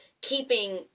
keeping